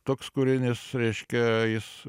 toks kūrinys reiškia jis